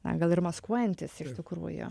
na gal ir maskuojantis iš tikrųjų